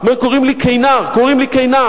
אומר: קוראים לי כינר, קוראים לי כינר.